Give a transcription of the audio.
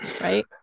right